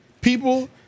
People